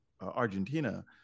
Argentina